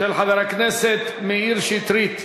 של חבר הכנסת מאיר שטרית,